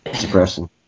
depressing